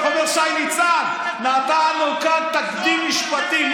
איך אומר שי ניצן: נתנו כאן תקדים משפטי.